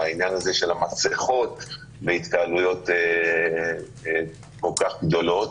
העניין של המסכות בהתקהלויות כל כך גדולות.